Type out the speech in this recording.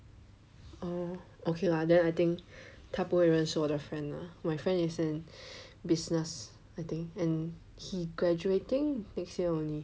oh okay lah then I think 他不会认识我的 friend lah my friend is in business I think and he graduating next year only